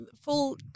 full